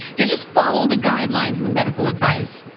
if you just follow the guidelines in the medical advice,